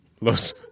Los